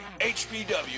HPW